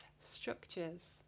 structures